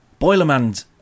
Boilerman